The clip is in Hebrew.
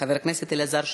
חבר הכנסת אלעזר שטרן,